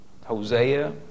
Hosea